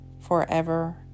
forever